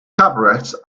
cabarets